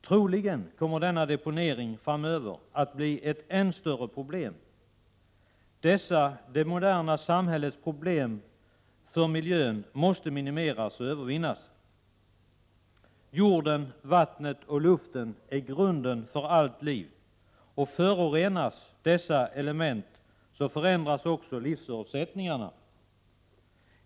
Troligen kommer denna deponering framöver att bli ett än större problem. Dessa det moderna samhällets miljöproblem måste minimeras och övervinnas. Jorden, vattnet och luften är grunden för allt liv. Förorenas dessa element så förändras också livsförutsättningarna.